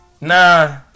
Nah